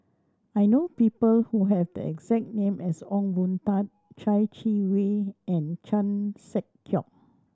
I know people who have the exact name as Ong Boon Tat Chai Yee Wei and Chan Sek Keong